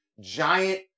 giant